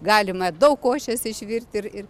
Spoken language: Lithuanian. galima daug košės išvirti ir ir